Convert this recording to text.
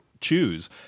choose